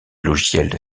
logiciel